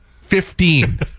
Fifteen